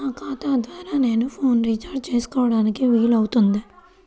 నా ఖాతా ద్వారా నేను ఫోన్ రీఛార్జ్ చేసుకోవడానికి వీలు అవుతుందా?